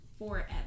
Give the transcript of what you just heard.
Forever